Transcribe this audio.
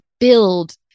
Build